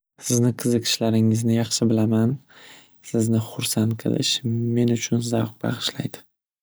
Sizni qiziqishlaringizni yaxshi bilaman sizni xursand qilish men uchun zavq bag'ishlaydi.